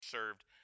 served